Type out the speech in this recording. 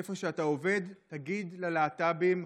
איפה שאתה עובד תגיד: להט"בים,